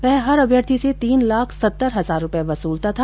वह हर अभ्यर्थी से तीन लाख सत्तर हजार रूपये वसूलता था